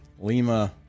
Lima